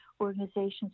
organizations